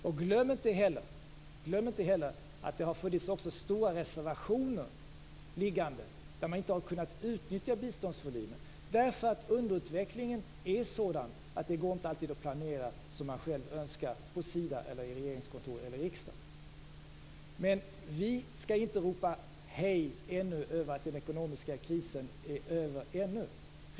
Och glöm inte heller att det också har funnits stora reservationer liggande där man inte har kunnat utnyttja biståndsvolymen! Underutvecklingen är sådan att det inte alltid går att planera som man själv önskar inom Sida, inom Regeringskansliet eller i riksdagen. Men vi skall ännu inte ropa hej över att det ekonomiska krisen är över.